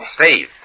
Steve